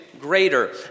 greater